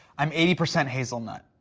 i'm eighty percent hazelnut.